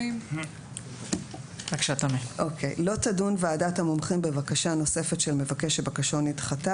5. (ז) לא תדון ועדת המומחים בבקשה נוספת של מבקש שבקשתו נדחתה,